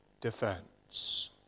defense